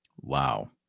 Wow